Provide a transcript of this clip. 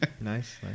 nice